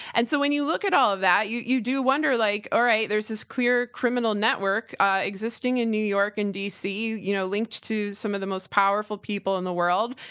and so when you look at all that, you you do wonder, like, alright, there's this clear criminal network existing in new york and d. c, you know, linked to some of the most powerful people in the world.